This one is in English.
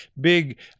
big